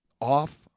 off